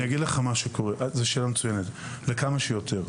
לכמה שיותר,